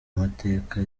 mateka